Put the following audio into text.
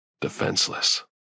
Defenseless